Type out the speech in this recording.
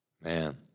Man